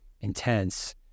intense